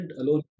alone